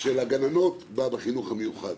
של הגננות בחינוך המיוחד,